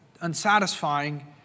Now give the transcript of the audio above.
unsatisfying